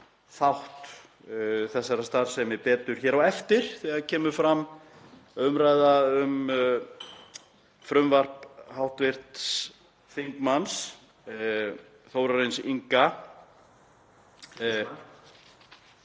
þátt þessarar starfsemi betur hér á eftir þegar kemur að umræðu um frumvarp hv. þm. Þórarins Inga